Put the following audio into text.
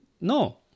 no